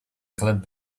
colored